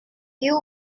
you